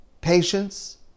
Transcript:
patience